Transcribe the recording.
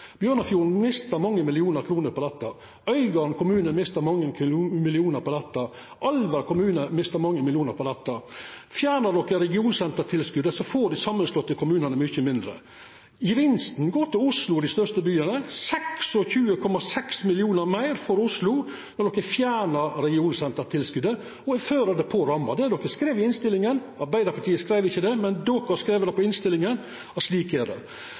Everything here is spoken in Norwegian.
Bjørnafjorden kommune mister mange millionar kroner, Øygarden kommune mister mange millionar kroner, og Alver kommune mister mange millionar kroner på dette. Fjernar ein regionsentertilskotet, får dei kommunane som er slegne saman, mykje mindre. Gevinsten går til Oslo og dei største byane. 26,6 mill. kr meir får Oslo når ein fjernar regionsentertilskotet og fører det på ramma. Det har Senterpartiet skrive i innstillinga. Arbeidarpartiet skreiv det ikkje, men Senterpartiet skreiv det i innstillinga, og slik er det.